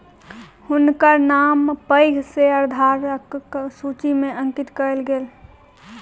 हुनकर नाम पैघ शेयरधारकक सूचि में अंकित कयल गेल